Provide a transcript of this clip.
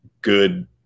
good